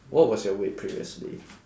what was your weight previously